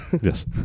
yes